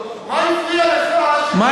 מה הפריע לכם שישיבת "מיר" מארחת,